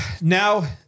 Now